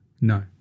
No